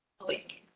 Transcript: awake